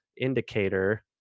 indicator